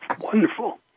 wonderful